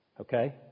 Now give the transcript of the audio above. Okay